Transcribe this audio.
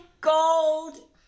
Gold